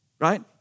Right